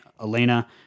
Elena